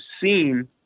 seen